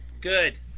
Good